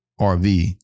rv